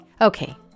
Okay